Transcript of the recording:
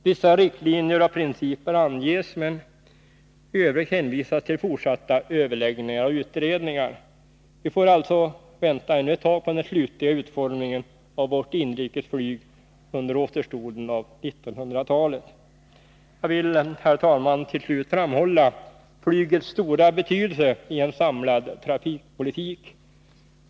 Vissa riktlinjer och principer anges, men i Övrigt hänvisas till fortsatta överläggningar och utredningar. Vi får alltså vänta ännu ett tag på den slutliga utformningen av vårt inrikesflyg under återstoden av 1900-talet. Jag vill, herr talman, till slut framhålla flygets stora betydelse i en samlad trafikpolitik.